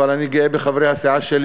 אבל אני גאה בחברי הסיעה שלי.